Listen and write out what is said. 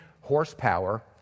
horsepower